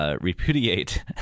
Repudiate